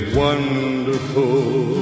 wonderful